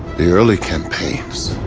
the early campaigns.